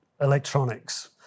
electronics